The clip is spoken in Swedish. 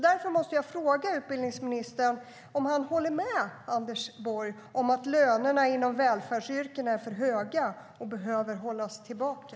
Därför måste jag fråga utbildningsministern om han håller med Anders Borg om att lönerna inom välfärdsyrkena är för höga och behöver hållas tillbaka.